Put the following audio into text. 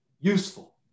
useful